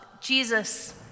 Jesus